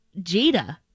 Jada